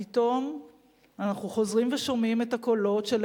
פתאום אנחנו חוזרים ושומעים את הקולות של